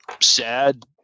sad